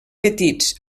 petits